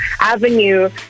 avenue